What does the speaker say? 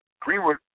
Greenwood